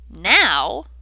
Now